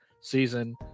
season